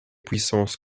puissances